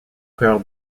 peur